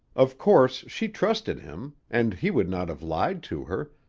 of course she trusted him, and he would not have lied to her,